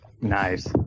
Nice